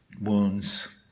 wounds